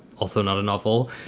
also not a novel.